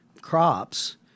crops